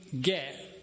get